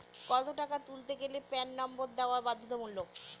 কত টাকা তুলতে গেলে প্যান নম্বর দেওয়া বাধ্যতামূলক?